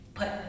put